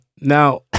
now